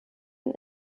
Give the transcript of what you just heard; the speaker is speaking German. ein